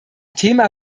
thema